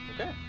Okay